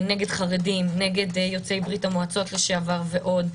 נגד חרדים, נגד יוצאי ברית המועצות לשעבר ועוד.